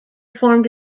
formed